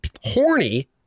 horny